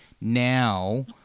now